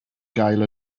gael